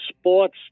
sports